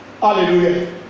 Hallelujah